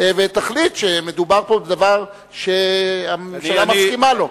ותחליט שמדובר פה בדבר שהממשלה מסכימה לו.